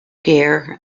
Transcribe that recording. gear